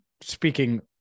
speaking